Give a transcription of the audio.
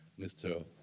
Mr